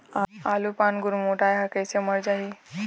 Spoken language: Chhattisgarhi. आलू पान गुरमुटाए हर कइसे मर जाही?